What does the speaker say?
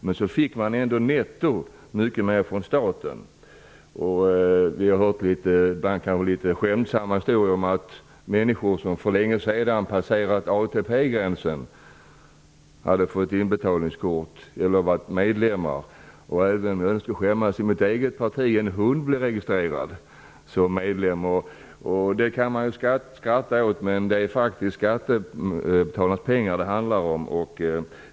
Sedan fick man netto mycket mer från staten. Vi har hört litet skämtsamma historier om att människor som för länge sedan hade passerat ATP-gränsen hade fått inbetalningskort från eller varit medlemmar i en förening. Även om jag får skämmas kan jag berätta om att en hund blev registrerad som medlem i mitt eget parti. Det kan man ju skratta åt, men det är faktiskt skattebetalarnas pengar det handlar om.